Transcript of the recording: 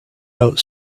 out